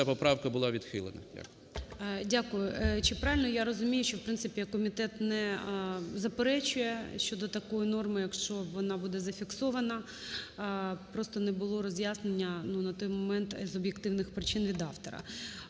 Дякую. Чи правильно я розумію, що, в принципі, комітет не заперечує щодо такої норми, якщо вона буде зафіксована? Просто не було роз'яснення на той момент з об'єктивних причини від автора.